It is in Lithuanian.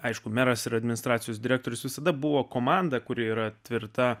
aišku meras ir administracijos direktorius visada buvo komanda kuri yra tvirta